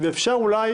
אפשר אולי,